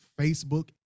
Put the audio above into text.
Facebook